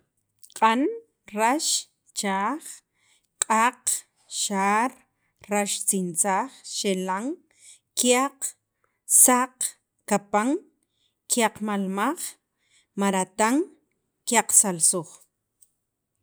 Q'an, rax, chaaj, q'aq', xaar, raxtzintzaj, xelan, kyaq, saq kapan, kyaqmalmaj maratan, kyaqsalsooj.